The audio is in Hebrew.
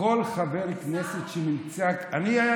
כל חבר כנסת שנמצא, עיסאווי.